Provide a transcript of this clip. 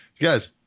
Guys